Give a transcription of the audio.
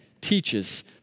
teaches